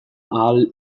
ahal